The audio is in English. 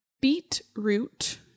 Beetroot